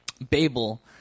Babel